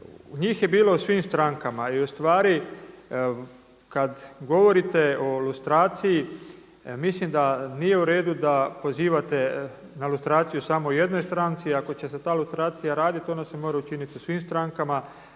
njih je bilo u svim strankama. I u stvari kad govorite o lustraciji mislim da nije u redu da pozivate na lustraciju samo u jednoj stranci. Ako će se ta lustracija raditi, ona se mora učiniti u svim strankama.